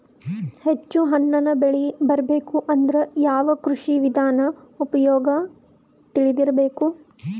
ಹೆಚ್ಚು ಹಣ್ಣನ್ನ ಬೆಳಿ ಬರಬೇಕು ಅಂದ್ರ ಯಾವ ಕೃಷಿ ವಿಧಾನ ಉಪಯೋಗ ತಿಳಿದಿರಬೇಕು?